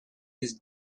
his